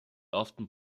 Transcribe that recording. often